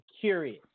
curious